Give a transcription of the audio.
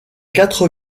quatre